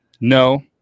No